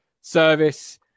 service